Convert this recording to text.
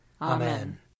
Amen